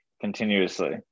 continuously